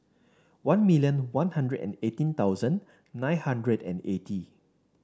one million One Hundred and eighteen thousand nine hundred and eighty